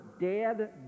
dead